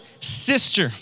Sister